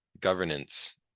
governance